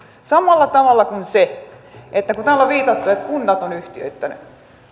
samalla tavalla kuin se kun täällä on viitattu että kunnat ovat yhtiöittäneet